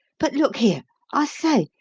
but look here i say,